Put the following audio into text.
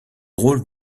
rôle